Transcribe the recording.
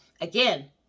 again